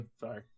sorry